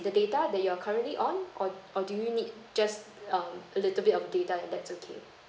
the data that you're currently on or or do you need just um a little bit of data and that's okay